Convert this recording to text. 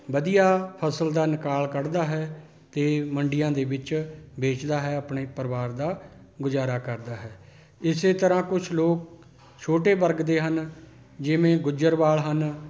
ਵਧੀਆ ਫਸਲ ਦਾ ਨਿਕਾਲ ਕੱਢਦਾ ਹੈ ਅਤੇ ਮੰਡੀਆਂ ਦੇ ਵਿੱਚ ਵੇਚਦਾ ਹੈ ਆਪਣੇ ਪਰਿਵਾਰ ਦਾ ਗੁਜ਼ਾਰਾ ਕਰਦਾ ਹੈ ਇਸੇ ਤਰ੍ਹਾਂ ਕੁਛ ਲੋਕ ਛੋਟੇ ਵਰਗ ਦੇ ਹਨ ਜਿਵੇਂ ਗੁੱਜਰਵਾਲ਼ ਹਨ